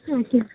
ଆଜ୍ଞା